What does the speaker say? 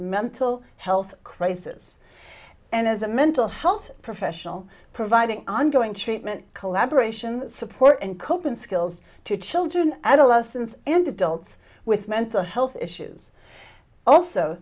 mental health crisis and as a mental health professional providing ongoing treatment collaboration support and coping skills to children adolescents and adults with mental health issues also